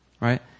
right